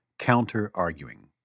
counter-arguing